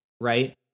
right